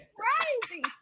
crazy